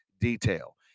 detail